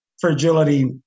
fragility